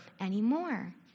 anymore